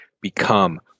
become